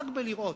רק בלראות,